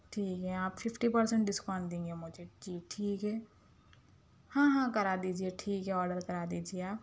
ٹھیک ہے آپ ففٹی پرسینٹ ڈسکاؤنٹ دیں گے مجھے جی ٹھیک ہے ہاں ہاں کرا دیجئے ٹھیک ہے آرڈر کرا دیجئے آپ